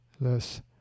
less